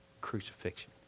crucifixion